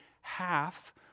half